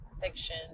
fiction